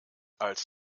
als